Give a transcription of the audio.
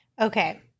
Okay